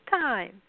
time